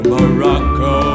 Morocco